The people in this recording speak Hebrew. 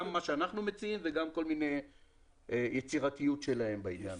גם מה שאנחנו מציעים וגם יצירתיות שלהם בעניין הזה.